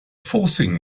forcing